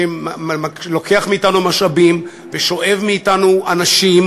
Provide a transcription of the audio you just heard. שלוקח מאתנו משאבים ושואב מאתנו אנשים,